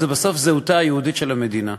בסוף זה זהותה היהודית של המדינה.